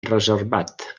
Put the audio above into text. reservat